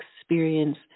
experience